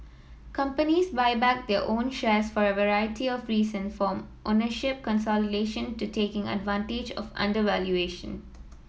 companies buy back their own shares for a variety of reasons from ownership consolidation to taking advantage of undervaluation